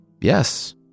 Yes